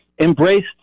embraced